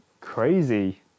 Crazy